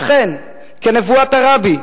ואכן, כנבואת הרבי,